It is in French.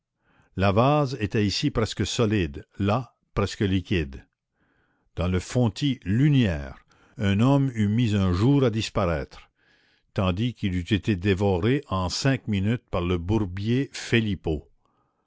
la vase était ici presque solide là presque liquide dans le fontis lunière un homme eût mis un jour à disparaître tandis qu'il eût été dévoré en cinq minutes par le bourbier